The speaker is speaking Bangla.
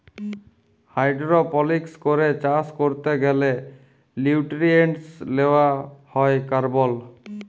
হাইড্রপলিক্স করে চাষ ক্যরতে গ্যালে লিউট্রিয়েন্টস লেওয়া হ্যয় কার্বল